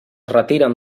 retiren